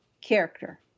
character